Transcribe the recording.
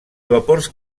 vapors